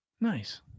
Nice